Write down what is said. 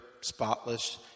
spotless